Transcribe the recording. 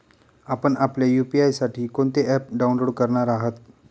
आपण आपल्या यू.पी.आय साठी कोणते ॲप डाउनलोड करणार आहात?